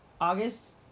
August